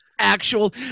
actual